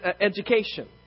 education